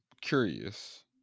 curious